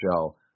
show